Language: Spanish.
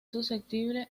susceptible